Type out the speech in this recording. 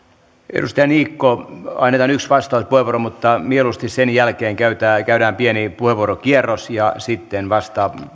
edustaja niikko annetaan yksi vastauspuheenvuoro mutta mieluusti sen jälkeen käydään pieni puheenvuorokierros ja sitten vasta